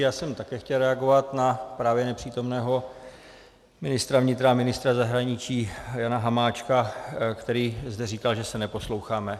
Já jsem také chtěl reagovat na právě nepřítomného ministra vnitra a ministra zahraničí Jana Hamáčka, který zde říkal, že se neposloucháme.